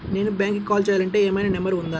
నేను బ్యాంక్కి కాల్ చేయాలంటే ఏమయినా నంబర్ ఉందా?